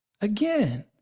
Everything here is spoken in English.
again